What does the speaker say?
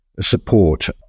support